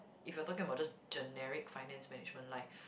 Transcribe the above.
if you're talking about just generic finance management like